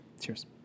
Cheers